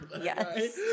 Yes